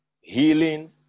healing